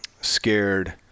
Scared